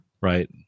Right